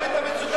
שב,